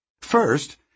First